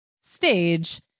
stage